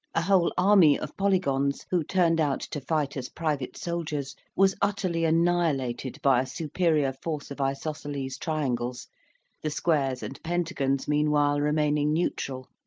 a whole army of polygons, who turned out to fight as private soldiers, was utterly annihilated by a superior force of isosceles triangles the squares and pentagons meanwhile remaining neutral.